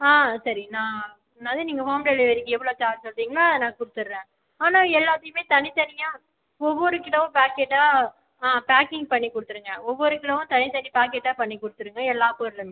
ஆ சரி நான் என்னாது நீங்கள் ஹோம் டெலிவரிக்கு எவ்வளோ சார்ஜ் சொல்கிறீங்களோ அதை நான் கொடுத்துட்றேன் ஆனால் எல்லாத்தையுமே தனித்தனியாக ஒவ்வொரு கிலோ பாக்கெட்டாக ஆ பேக்கிங் பண்ணி கொடுத்துருங்க ஒவ்வொரு கிலோவும் தனித்தனி பாக்கெட்டாக பண்ணி கொடுத்துருங்க எல்லா பொருளுமே